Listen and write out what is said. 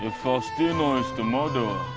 faustino is the murderer,